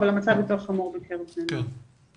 אבל המצב יותר חמור בקרב בני נוער.